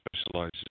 specializes